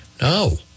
No